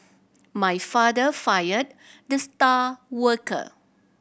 my father fired the star worker